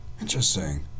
Interesting